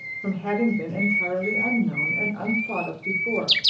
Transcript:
from having been entirely unknown and unthought of before.